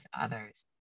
others